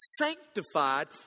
sanctified